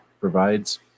provides